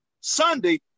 Sunday